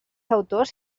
autors